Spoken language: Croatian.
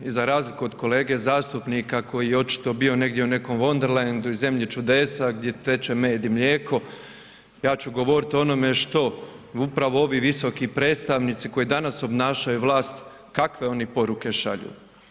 I za razliku od kolege zastupnika koji je očito bio u negdje u nekom wonderlandu i zemlji čudesa gdje teče med i mlijeko, ja ću govoriti o onom što upravo ovi visoki predstavnici koji danas obnašaju vlast kakve oni poruke šalju.